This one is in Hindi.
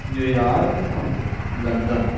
new York London